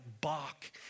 Bach